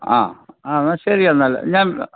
ആ ആ എന്നാൽ ശരിയെന്നാൽ ഞാൻ